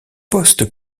poste